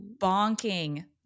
bonking